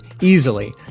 easily